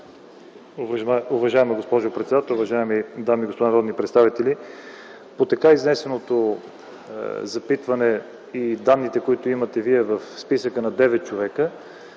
Уважаема госпожо председател, уважаеми дами и господа народни представители! По така изнесеното запитване и данните, които имате Вие в списъка на 9 човека,